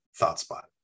ThoughtSpot